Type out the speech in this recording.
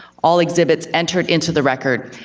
all exhibits entered into the record,